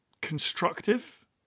constructive